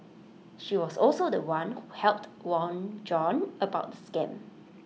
she was also The One who helped warn John about the scam